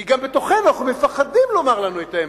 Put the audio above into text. כי גם בתוכנו אנחנו מפחדים לומר לנו את האמת.